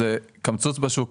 זה קמצוץ בשוק.